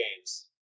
games